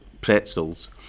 pretzels